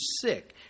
sick